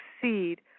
succeed